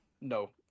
No